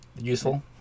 useful